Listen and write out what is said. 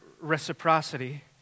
reciprocity